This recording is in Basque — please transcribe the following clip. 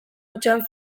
hutsean